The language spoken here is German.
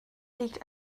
liegt